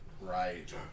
Right